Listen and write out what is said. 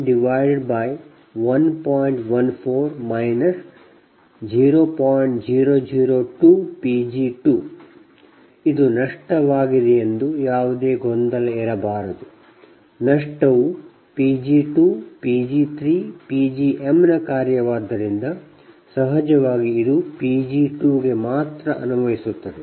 002 Pg2 ಇದು ನಷ್ಟವಾಗಿದೆಯೆಂದು ಯಾವುದೇ ಗೊಂದಲ ಇರಬಾರದುನಷ್ಟವು Pg2 Pg3Pgm ನ ಕಾರ್ಯವಾದ್ದರಿಂದ ಸಹಜವಾಗಿ ಇದುPg2 ಗೆ ಮಾತ್ರ ಅನ್ವಯಿಸುತ್ತದೆ